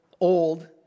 old